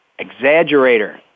Exaggerator